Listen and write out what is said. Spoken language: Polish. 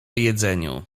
jedzeniu